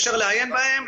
אפשר לעיין בהם.